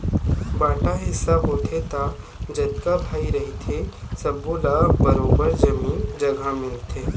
बांटा हिस्सा होथे त जतका भाई रहिथे सब्बो ल बरोबर जमीन जघा मिलथे